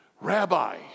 Rabbi